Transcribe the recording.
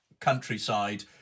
countryside